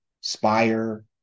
Spire